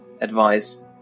advice